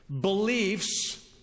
beliefs